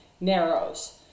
narrows